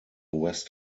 west